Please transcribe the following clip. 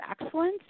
excellence